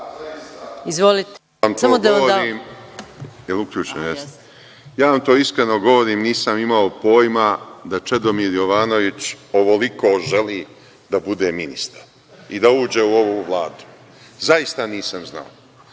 To vam iskreno govorim, nisam imao pojma da Čedomir Jovanović ovoliko želi da bude ministar i da uđe u ovu Vladu. Zaista nisam znao.